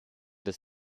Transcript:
des